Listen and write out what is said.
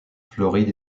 floride